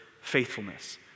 faithfulness